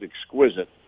exquisite